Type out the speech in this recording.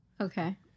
Okay